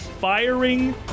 Firing